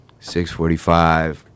645